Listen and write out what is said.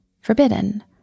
forbidden